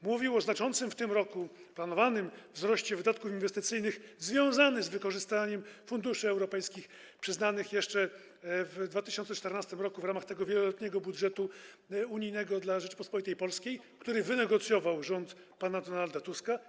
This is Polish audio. Mówił o planowanym w tym roku znaczącym wzroście wydatków inwestycyjnych związanych z wykorzystaniem funduszy europejskich przyznanych jeszcze w 2014 r. w ramach wieloletniego budżetu unijnego dla Rzeczypospolitej Polskiej, który wynegocjował rząd pana Donalda Tuska.